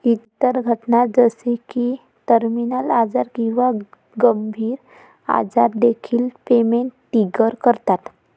इतर घटना जसे की टर्मिनल आजार किंवा गंभीर आजार देखील पेमेंट ट्रिगर करतात